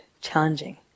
challenging